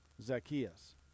Zacchaeus